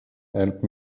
help